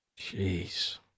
Jeez